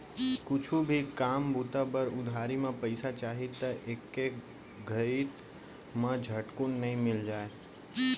कुछु भी काम बूता बर उधारी म पइसा चाही त एके घइत म झटकुन नइ मिल जाय